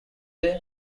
they